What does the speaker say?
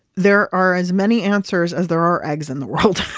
there are as many answers as there are eggs in the world,